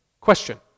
question